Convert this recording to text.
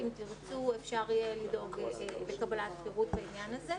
אם תרצו אפשר יהיה לדאוג לקבלת פירוט לעניין הזה.